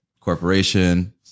corporation